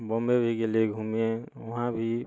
बम्बइ भी गेलियै घूमै वहाँ भी